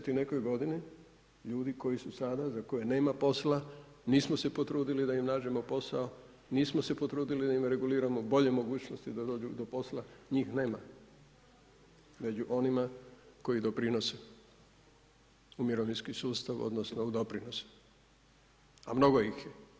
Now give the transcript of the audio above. U 50 i nekoj godini, ljudi koji su sada za koje nema posla nismo se potrudili da im nađemo posao, nismo se potrudili da im reguliramo bolje mogućnosti da dođu do posla njih nema među onima koji doprinose u mirovinski sustav odnosno u doprinose, a mnogo ih je.